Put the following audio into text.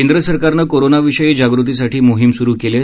केंद्र सरकारनं कोरोनाविषयी जाप्तीसाठी मोहीम सुरु केली आहे